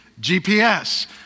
GPS